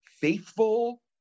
faithful